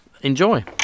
enjoy